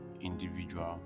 individual